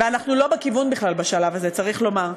ואנחנו בכלל לא בכיוון בשלב זה, צריך לומר.